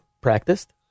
practiced